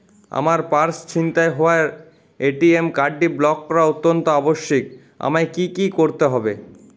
আমার পার্স ছিনতাই হওয়ায় এ.টি.এম কার্ডটি ব্লক করা অত্যন্ত আবশ্যিক আমায় কী কী করতে হবে?